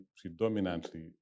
predominantly